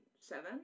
seven